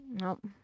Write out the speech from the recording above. Nope